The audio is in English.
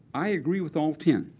i agree with all ten.